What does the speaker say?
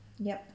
yup